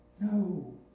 No